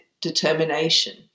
determination